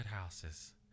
houses